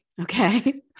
Okay